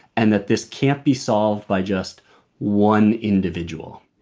and that, this can't be solved by just one individual.